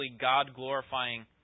God-glorifying